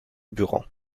buron